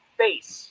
face